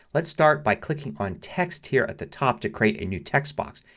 let's start by clicking on text here at the top to create a new text box.